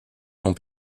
sont